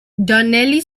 donnelly